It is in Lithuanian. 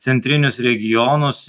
centrinius regionus